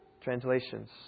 translations